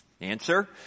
Answer